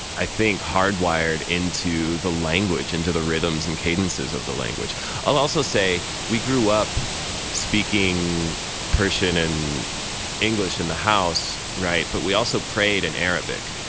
i think, hard-wired into the language, into the rhythms and cadences of the language i'll also say we grew up speaking persian and english in the house right? but we also prayed in and arabic,